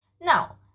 Now